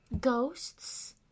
Ghosts